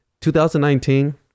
2019